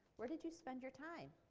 where did you spend your time?